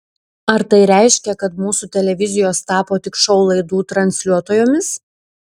ar tai reiškia kad mūsų televizijos tapo tik šou laidų transliuotojomis